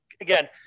again